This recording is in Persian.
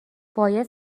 باید